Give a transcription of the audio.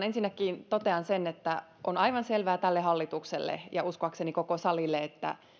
ensinnäkin totean sen että on aivan selvää tälle hallitukselle ja uskoakseni koko salille että